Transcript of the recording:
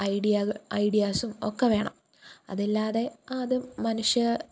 ഐഡിയക ഐഡിയാസും ഒക്കെ വേണം അതല്ലാതെ അതു മനുഷ്യ